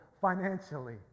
financially